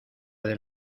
del